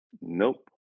Nope